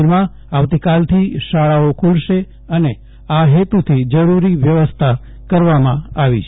કાશ્મીરમાં આવતી કાલથી શાળાઓ ખુલશે અને આ હેતુથી જરૂરી વ્યવસ્થા કરવામાં આવી છે